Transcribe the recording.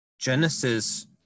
Genesis